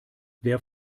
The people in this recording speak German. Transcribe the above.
wer